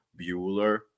Bueller